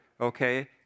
okay